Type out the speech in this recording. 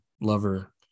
lover